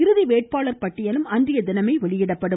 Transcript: இறுதி வேட்பாளர் பட்டியலும் அன்றைய தினமே வெளியிடப்படும்